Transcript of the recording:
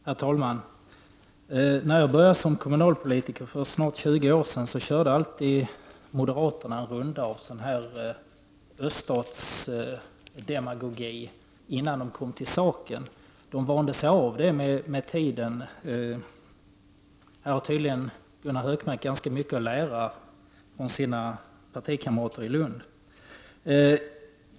Herr talman! När jag började som kommunalpolitiker för snart 20 år sedan körde moderaterna alltid en runda med öststatsdemagogi innan de kom till saken. Men de vande sig av med detta med tiden. Gunnar Hökmark har tydligen ganska mycket att lära i detta sammanhang av sina partikamrater i Lund.